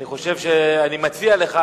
אני מציע לך